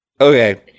Okay